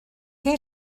què